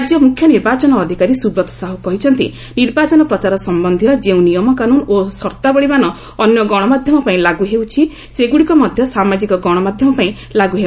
ରାଜ୍ୟ ମୁଖ୍ୟ ନିର୍ବାଚନ ଅଧିକାରୀ ସୁବ୍ରତ ସାହୁ କହିଛନ୍ତି' ନିର୍ବାଚନ ପ୍ରଚାର ସମ୍ବନ୍ଧୀୟ ଯେଉଁ ନିୟମକାନୁନ ଓ ସର୍ଭାବଳୀମାନ ଅନ୍ୟ ଗଣମାଧ୍ୟମ ପାଇଁ ଲାଗୁ ହେଉଛି ସେଗୁଡିକ ମଧ୍ୟ ସାମାଜିକ ଗଶମାଧ୍ୟମ ପାଇଁ ଲାଗୁ ହେବ